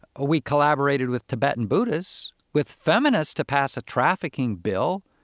ah we collaborated with tibetan buddhists, with feminists to pass a trafficking bill,